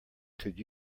could